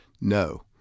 No